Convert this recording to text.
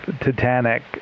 Titanic